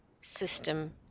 system